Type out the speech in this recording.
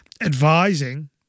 advising